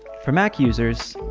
for mac users,